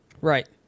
Right